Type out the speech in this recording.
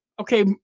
okay